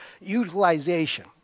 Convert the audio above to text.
utilization